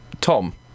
Tom